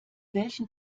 welchen